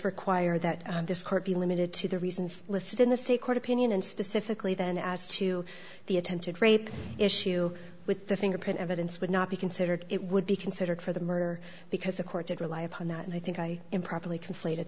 require that this court be limited to the reasons listed in the state court opinion and specifically then as to the attempted rape issue with the fingerprint evidence would not be considered it would be considered for the murder because the court did rely upon that and i think i improperly conflated